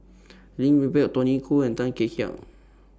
Peng Tony Khoo and Tan Kek Hiang